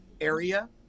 area